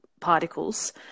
particles